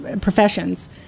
professions